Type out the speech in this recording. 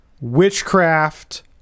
witchcraft